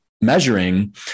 measuring